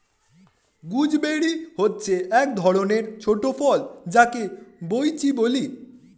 gooseberry হচ্ছে এক ধরণের ছোট ফল যাকে বৈঁচি বলে